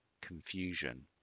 confusion